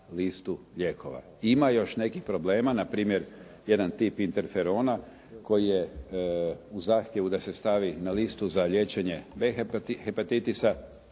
listu lijekova. Ima još nekih problema. Na primjer jedan tip Interferona koji je u zahtjevu da se stavi na listu za liječenje B hepatitisa